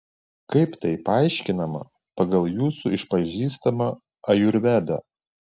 kaip tai paaiškinama pagal jūsų išpažįstamą ajurvedą